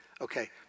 Okay